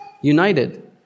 united